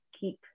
keep